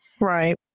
Right